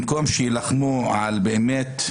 במקום שיילחמו באמת,